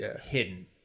hidden